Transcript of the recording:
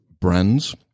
brands